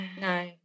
No